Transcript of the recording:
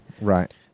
Right